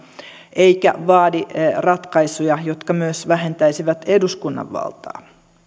eikä vaadi ratkaisuja jotka myös vähentäisivät eduskunnan valtaa